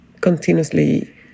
continuously